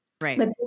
Right